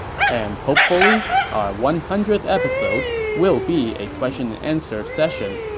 and hopefully our one hundredth episode will be a question-and-answer session.